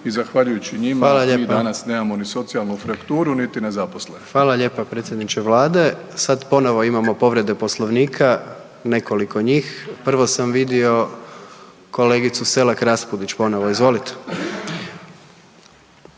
i zahvaljujući njima mi danas nemamo ni socijalnu frakturu, niti nezaposlenost. **Jandroković, Gordan (HDZ)** Fala lijepa predsjedniče vlade. Sad ponovo imamo povrede Poslovnika, nekoliko njih, prvo sam vidio kolegicu Selak Raspudić ponovo, izvolite.